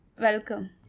welcome